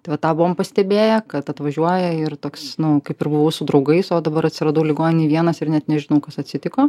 tai vat tą buvom pastebėję kad atvažiuoja ir toks nu kaip ir buvau su draugais o dabar atsiradau ligoninėj vienas ir net nežinau kas atsitiko